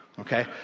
okay